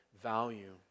value